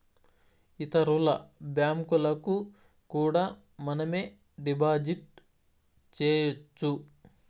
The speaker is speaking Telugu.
ఇతరుల బ్యాంకులకు కూడా మనమే డిపాజిట్ చేయొచ్చు